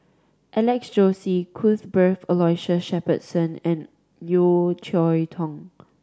Alex Josey Cuthbert Aloysius Shepherdson and Yeo Cheow Tong